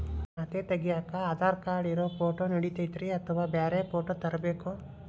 ಖಾತೆ ತಗ್ಯಾಕ್ ಆಧಾರ್ ಕಾರ್ಡ್ ಇರೋ ಫೋಟೋ ನಡಿತೈತ್ರಿ ಅಥವಾ ಬ್ಯಾರೆ ಫೋಟೋ ತರಬೇಕೋ?